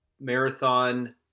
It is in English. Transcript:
marathon